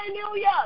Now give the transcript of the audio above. hallelujah